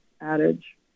adage